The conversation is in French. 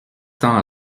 temps